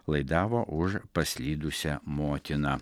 laidavo už paslydusią motiną